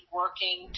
working